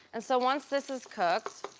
and so once this is cooked,